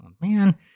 Man